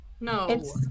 No